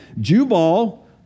Jubal